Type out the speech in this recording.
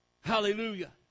Hallelujah